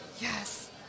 yes